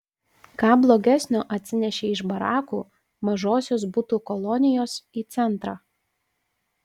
ką blogesnio atsinešei iš barakų mažosios butų kolonijos į centrą